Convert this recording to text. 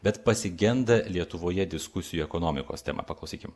bet pasigenda lietuvoje diskusijų ekonomikos tema paklausykim